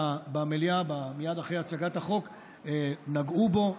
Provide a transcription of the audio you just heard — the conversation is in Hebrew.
במליאה מייד אחרי הצגת החוק נגעו בו,